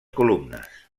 columnes